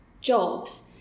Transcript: jobs